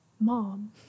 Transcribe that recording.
mom